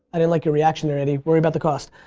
i didn't like your reaction there andy. worry about the cost.